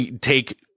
take